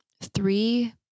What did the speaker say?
three